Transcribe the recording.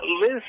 Liz